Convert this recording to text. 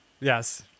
Yes